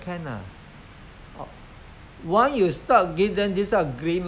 but you see people still bring them go to rural area so let them go and learn some